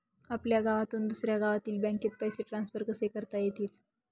आपल्या गावातून दुसऱ्या गावातील बँकेत पैसे ट्रान्सफर कसे करता येतील?